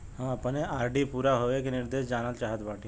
हम अपने आर.डी पूरा होवे के निर्देश जानल चाहत बाटी